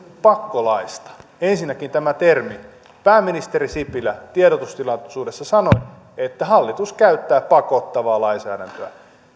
pakkolaeista ensinnäkin tämä termi pääministeri sipilä tiedotustilaisuudessa sanoi että hallitus käyttää pakottavaa lainsäädäntöä